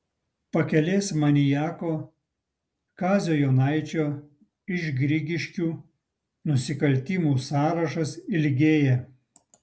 pakelės maniako kazio jonaičio iš grigiškių nusikaltimų sąrašas ilgėja